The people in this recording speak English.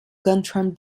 guntram